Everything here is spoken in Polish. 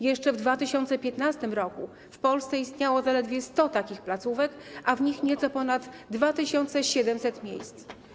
Jeszcze w 2015 r. w Polsce istniało zaledwie 100 takich placówek, a w nich nieco ponad 2700 miejsc.